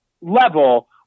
level